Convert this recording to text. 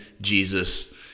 Jesus